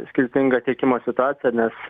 skirtingą tiekimo situaciją nes